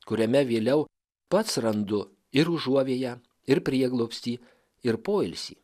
kuriame vėliau pats randu ir užuovėją ir prieglobstį ir poilsį